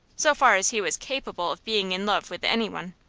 so far as he was capable of being in love with any one.